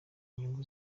nyungu